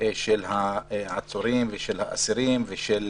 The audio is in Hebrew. של העצורים, של האסירים, של